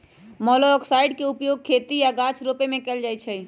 मोलॉक्साइड्स के उपयोग खेती आऽ गाछ रोपे में कएल जाइ छइ